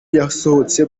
yasohotse